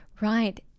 right